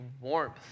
warmth